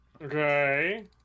Okay